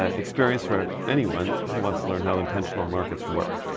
ah experience for anyone who wants to learn how attentional markets work.